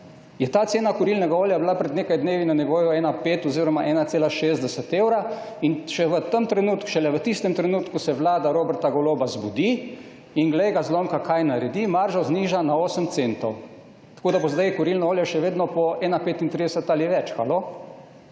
ta cena kurilnega okolja pred nekaj dnevi na nivoju 1,5 oziroma 1,60 evra. In šele v tistem trenutku se vlada Roberta Goloba zbudi in, glej ga zlomka, kaj naredi. Maržo zniža na 8 centov, tako da bo sedaj kurilno okolje še vedno po 1,35 ali več. Halo?